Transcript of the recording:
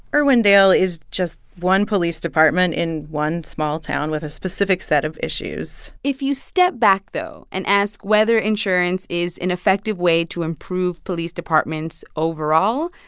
irwindale is just one police department in one small town with a specific set of issues if you step back, though, and ask whether insurance is an effective way to improve police departments overall,